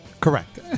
correct